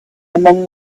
among